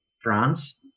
France